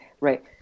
right